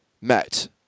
met